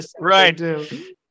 Right